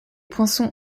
poinçons